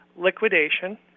Liquidation